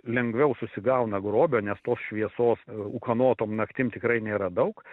lengviau susigauna grobio nes tos šviesos ukanotom naktim tikrai nėra daug